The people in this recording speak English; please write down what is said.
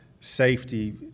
safety